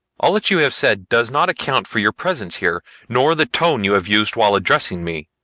all that you have said does not account for your presence here nor the tone you have used while addressing me.